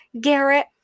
garrett